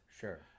Sure